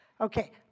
okay